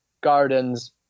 gardens